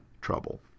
trouble